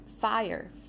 fire